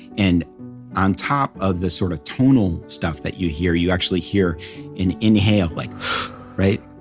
and on top of the sort of tonal stuff that you hear, you actually hear an inhale, like right?